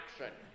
action